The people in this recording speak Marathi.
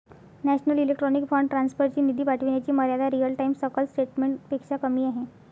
नॅशनल इलेक्ट्रॉनिक फंड ट्रान्सफर ची निधी पाठविण्याची मर्यादा रिअल टाइम सकल सेटलमेंट पेक्षा कमी आहे